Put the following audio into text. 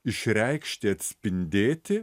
išreikšti atspindėti